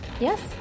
Yes